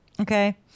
okay